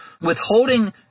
Withholding